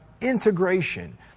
integration